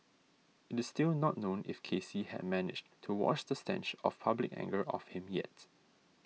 it is still not known if Casey had managed to wash the stench of public anger off him yet